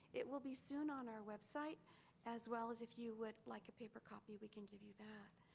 it will be soon on our website as well as if you would like a paper copy, we can give you that.